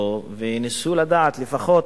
וניסו לדעת לפחות